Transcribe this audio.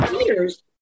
years